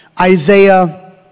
Isaiah